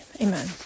Amen